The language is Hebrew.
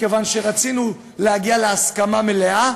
מכיוון שרצינו להגיע להסכמה מלאה,